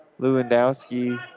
Lewandowski